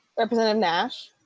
representative nash.